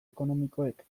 ekonomikoek